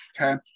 okay